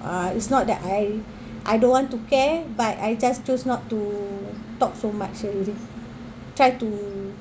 uh it's not that I I don't want to care but I just choose not to talk so much already try to